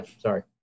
sorry